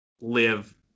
live